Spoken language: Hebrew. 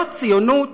זאת ציונות,